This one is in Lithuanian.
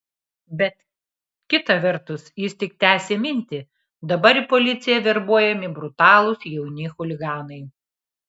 bet kita vertus jis tik tęsė mintį dabar į policiją verbuojami brutalūs jauni chuliganai